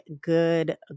good